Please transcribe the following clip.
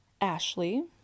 Ashley